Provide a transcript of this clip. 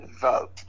vote